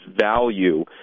value